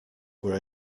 were